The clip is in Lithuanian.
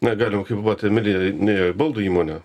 na galiu kaip vat emilija nuėjo į baldų įmonę